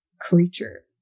creature